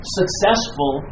successful